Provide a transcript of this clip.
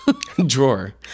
Drawer